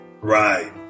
Right